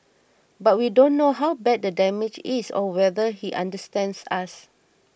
but we don't know how bad the damage is or whether he understands us